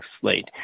slate